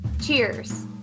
cheers